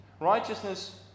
Righteousness